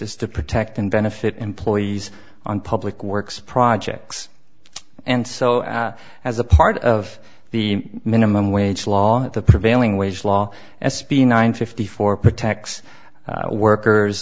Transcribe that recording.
is to protect and benefit employees on public works projects and so as a part of the minimum wage law at the prevailing wage law s b nine fifty four protects workers